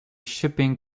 shipping